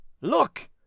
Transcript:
Look